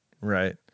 right